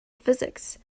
physics